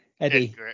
Eddie